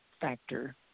factor